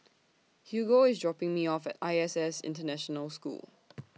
Hugo IS dropping Me off At I S S International School